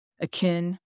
akin